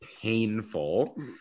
painful